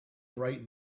bright